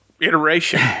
iteration